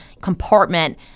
compartment